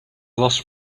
lost